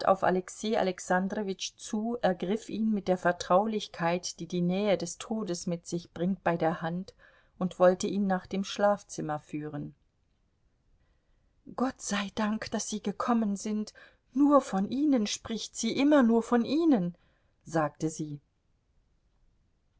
alexei alexandrowitsch zu ergriff ihn mit der vertraulichkeit die die nähe des todes mit sich bringt bei der hand und wollte ihn nach dem schlafzimmer führen gott sei dank daß sie gekommen sind nur von ihnen spricht sie immer nur von ihnen sagte sie